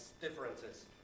differences